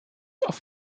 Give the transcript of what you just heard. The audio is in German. auf